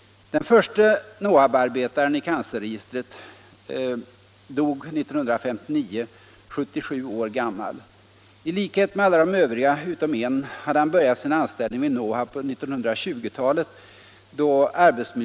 Den förste Nohab-arbetaren i cancerregistret dog 1959, 77 år gammal. Samtliga de nämnda åtta arbetarna utom en hade anställts på 1920-talet.